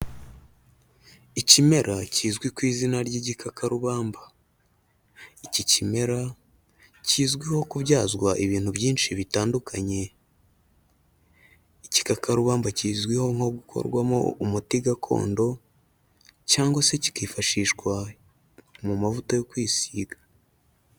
Ikimera kizwi ku izina ry'igikakarubamba. Iki kimera kizwiho kubyazwa ibintu byinshi bitandukanye. Igikakarubamba kizwiho nko gukorwamo umuti gakondo cyangwa se kikifashishwa mu mavuta yo kwisiga.